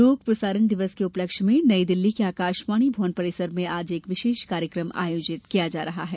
लोक प्रसारण दिवस के उपलक्ष्य में नई दिल्ली के आकाशवाणी भवन परिसर में आज एक कार्यक्रम आयोजित किया जा रहा है